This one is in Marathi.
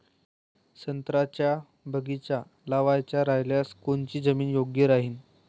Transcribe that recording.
संत्र्याचा बगीचा लावायचा रायल्यास कोनची जमीन योग्य राहीन?